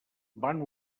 van